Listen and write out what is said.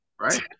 right